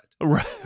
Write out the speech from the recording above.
Right